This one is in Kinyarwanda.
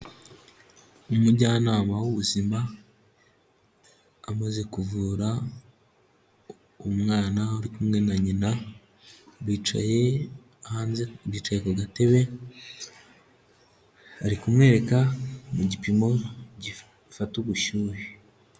Umujyanama w'ubuzima, amaze kuvura umwana uri kumwe na nyina, bicaye hanze, bicaye ku gatebe ari kumwereka mu gipimo gifata ubushyuhe.